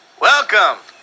Welcome